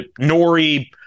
Nori